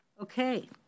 Okay